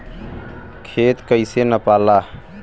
खेत कैसे नपाला?